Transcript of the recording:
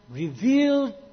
revealed